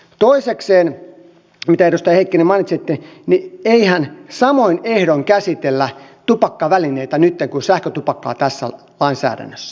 toisekseen mitä edustaja heikkinen mainitsitte niin eihän samoin ehdoin käsitellä tupakkavälineitä nytten kuin sähkötupakkaa tässä lainsäädännössä